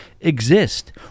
exist